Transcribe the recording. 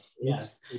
yes